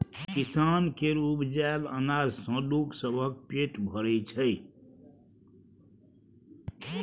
किसान केर उपजाएल अनाज सँ लोग सबक पेट भरइ छै